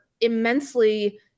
immensely